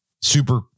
Super